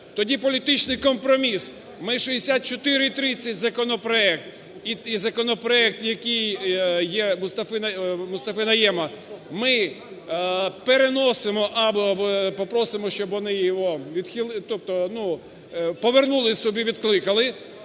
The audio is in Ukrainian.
Тоді політичний компроміс: ми 6430 законопроект і законопроект, який є у Мустафи Найєма, ми переносимо або попросимо, щоб вони його відхилили, тобто повернули собі, відкликали,